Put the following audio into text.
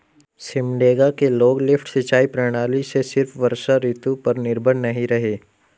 सिमडेगा के लोग लिफ्ट सिंचाई प्रणाली से सिर्फ वर्षा ऋतु पर निर्भर नहीं रहे